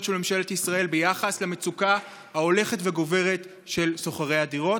של ממשלת ישראל ביחס למצוקה ההולכת וגוברת של שוכרי הדירות.